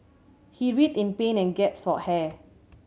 he writhed in pain and gasped for air